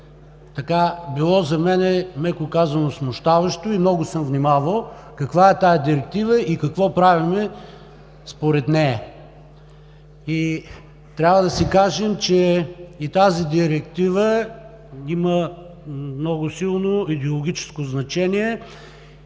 е било за мен, меко казано, смущаващо и много съм внимавал каква е тази директива и какво правим според нея. Трябва да си кажем, че и тази директива има много силно идеологическо значение